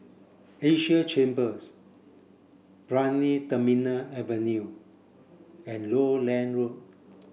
Asia Chambers Brani Terminal Avenue and Lowland Road